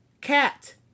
Cat